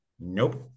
Nope